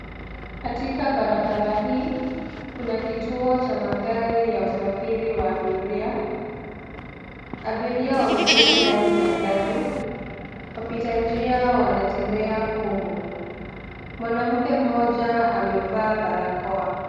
Katika barabara hii, kuna kituo cha magari ya usafiri wa abiria. Abiria wameketi ndani ya gari. Wapitanjia wanatembea humu. Mwanamke mmoja amevaa barakoa.